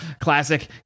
Classic